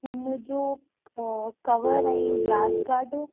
हिनजो कवर ऐं glass card